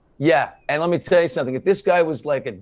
yeah and let me say something, if this guy was like a,